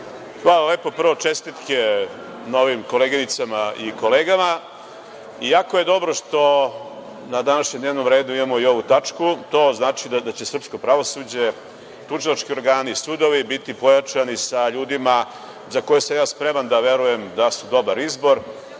Hvala lepo. Prvo, čestitke novim koleginicama i kolegama. Jako je dobro što na današnjem dnevnom redu imamo i ovu tačku. To znači da će srpsko pravosuđe, tužilački organi, sudovi biti pojačani sa ljudima za koje sam ja spreman da verujem da su dobar izbor.